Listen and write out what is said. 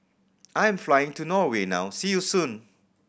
I'm flying to Norway now see you soon